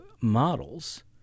models